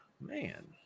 man